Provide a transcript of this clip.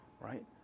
right